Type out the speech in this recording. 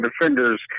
Defenders